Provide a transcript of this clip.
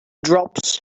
drops